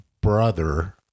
brother